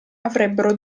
avrebbero